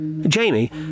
Jamie